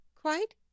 Quite